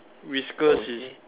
whiskers is